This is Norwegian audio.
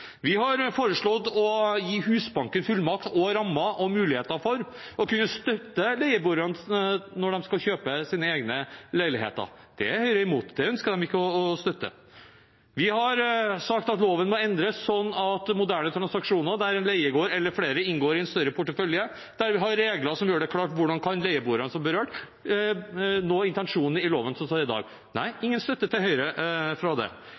Vi har foreslått å gi Husbanken fullmakt, rammer og muligheter for å kunne støtte leieboerne når de skal kjøpe sine egne leiligheter. Det er Høyre imot. Det ønsker de ikke å støtte. Vi har sagt at loven må endres sånn at ved moderne transaksjoner der en leiegård eller flere inngår i en større portefølje, må vi ha regler som gjør det klart hvordan leieboerne, som blir berørt, kan nå intensjonene med den loven som er i dag. Det er ingen støtte fra Høyre til det.